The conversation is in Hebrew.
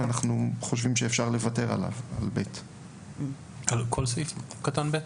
אנחנו חושבים שאפשר לוותר על סעיף קטן (ב).